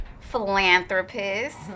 philanthropist